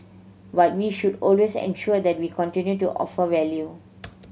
but we should always ensure that we continue to offer value